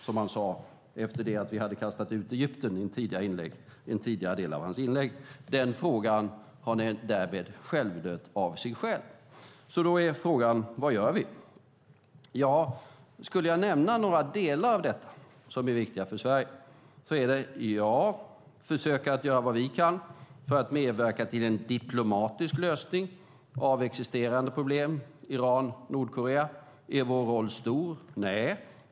Det sade han, efter det att vi skulle ha kastat ut Egypten i en tidigare del av hans inlägg. Den frågan har därmed självdött. Då är frågan: Vad gör vi? Ja, jag kan nämna några delar av detta som är viktiga för Sverige. Vi ska försöka göra vad vi kan för att medverka till en diplomatisk lösning av existerande problem. Det gäller Iran och Nordkorea. Är vår roll stor? Nej.